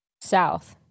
South